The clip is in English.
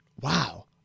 wow